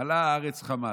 מלאה הארץ חמס.